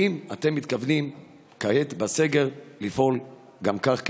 האם אתם מתכוונים גם כעת בסגר לפעול כך,